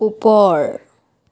ওপৰ